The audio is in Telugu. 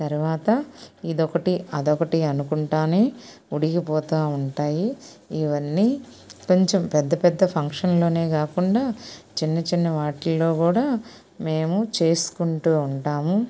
తర్వాత ఇదొకటి అదొకటి అనుకుంటానే ఉడికిపోతూ ఉంటాయి ఇవన్నీ కొంచెం పెద్ద పెద్ద ఫంక్షన్లోనే కాకుండా చిన్న చిన్న వాటిల్లో కూడా మేము చేసుకుంటూ ఉంటాము